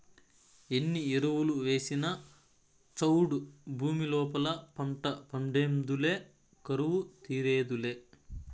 ఎన్ని ఎరువులు వేసినా చౌడు భూమి లోపల పంట పండేదులే కరువు తీరేదులే